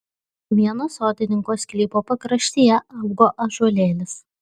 vieno sodininko sklypo pakraštyje augo ąžuolėlis